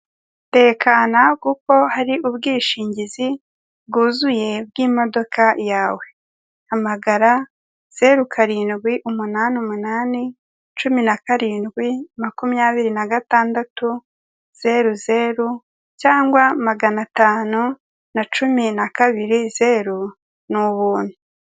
Tekana kuko hari ubwishingizi bwuzuye bw'imodoka yawe, hamagara zeru karindwi umunani umunani cumi na karindwi makumyabiri na gatandatu zeru zeru cyangwa maganatanu na cumi na kabiri zeru ni ubuntu.